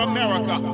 America